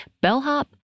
bellhop